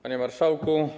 Panie Marszałku!